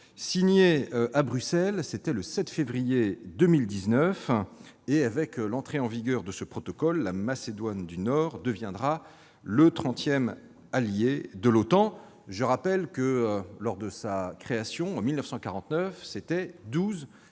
signé à Bruxelles le 7 février 2019. Avec l'entrée en vigueur de ce protocole, la Macédoine du Nord deviendra le trentième allié de l'OTAN. Je rappelle que, lors de sa création, en 1949, cette